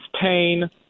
pain